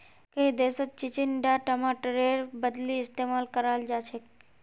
कई देशत चिचिण्डा टमाटरेर बदली इस्तेमाल कराल जाछेक